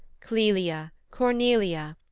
clelia, cornelia,